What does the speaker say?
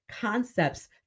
concepts